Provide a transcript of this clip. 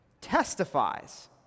testifies